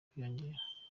kwiyongera